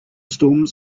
storms